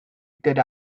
good